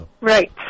Right